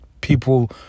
people